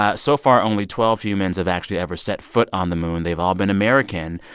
ah so far, only twelve humans have actually ever set foot on the moon. they've all been american.